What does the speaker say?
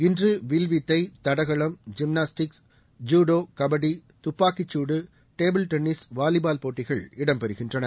இன்று வில்வித்தை தடகளம் ஜிம்னாஸ்டிக்ஸ் ஜுடோ கபடி துப்பாக்கிச்சூடு டேபிள் டென்னிஸ் வாலிபால் போட்டிகள் இடம் பெறுகின்றன